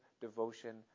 devotion